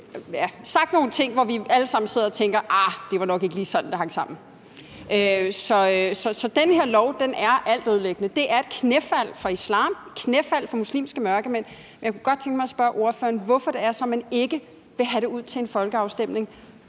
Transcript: sagt nogle ting, hvor vi alle sammen sad og tænkte: Ej, det var nok ikke lige sådan, det hang sammen. Så den her lov er altødelæggende. Det er et knæfald for islam, et knæfald for muslimske mørkemænd. Jeg kunne godt tænke mig at spørge ordføreren, hvorfor det er, man ikke vil have det ud til en folkeafstemning.